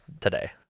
today